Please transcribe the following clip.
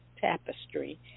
tapestry